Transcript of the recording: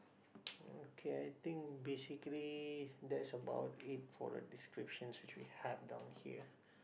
okay I think basically that's about it for the description which we have down here